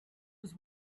was